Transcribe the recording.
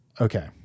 Okay